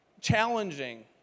challenging